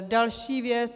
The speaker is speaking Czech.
Další věc.